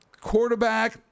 quarterback